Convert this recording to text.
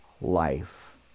life